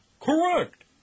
Correct